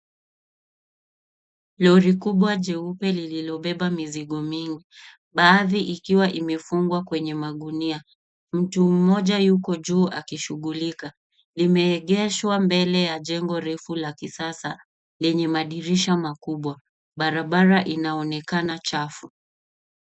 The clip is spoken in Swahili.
Lori kubwa jeupe lililobeba mizigo mingi baadhi ikiwa imefungwa kwenye magunia. Mtu mmoja yuko juu akishughulika. Imeegeshwa mbele ya jengo refu la kisasa lenye madirisha makubwa. Barabara inaonekana chafu.